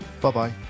Bye-bye